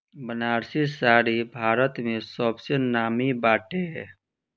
बनारसी साड़ी भारत में सबसे नामी बाटे